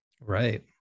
right